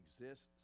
exists